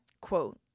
quote